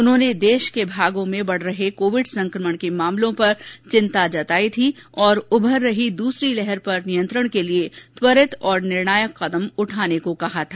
उन्होंने देश के भागों में बढ रहे कोविड संक्रमण के मामलों पर चिंता व्यक्त की थी और उभर रही दूसरी लहर पर नियंत्रण के लिए त्वरित और निर्णायक कदम उठाने को कहा था